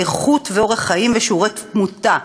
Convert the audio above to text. איכות ואורך חיים ושיעורי תמותה.